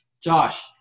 Josh